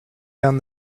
down